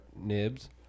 nibs